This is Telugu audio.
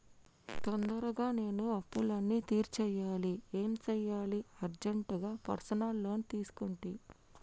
తొందరగా నేను అప్పులన్నీ తీర్చేయాలి ఏం సెయ్యాలి అర్జెంటుగా పర్సనల్ లోన్ తీసుకుంటి